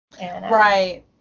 Right